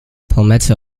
palmetto